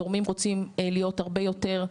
התורמים רוצים להיות הרבה יותר,